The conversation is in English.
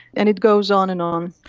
and it goes on and um